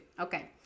Okay